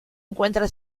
encuentra